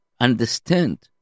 understand